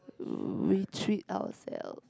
uh we treat ourself